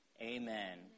Amen